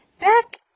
back